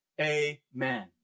Amen